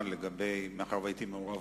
מאחר שהייתי מעורב